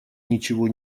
ничего